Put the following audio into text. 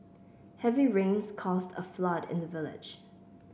heavy rains caused a flood in the village